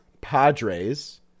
Padres